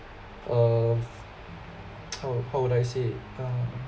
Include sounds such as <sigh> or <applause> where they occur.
uh <noise> how how would I say uh